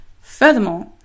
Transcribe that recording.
Furthermore